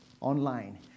online